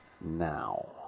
now